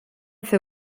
fer